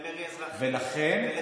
למרי אזרחי ולסרבנות.